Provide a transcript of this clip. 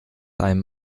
einem